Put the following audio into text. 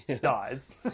dies